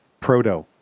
proto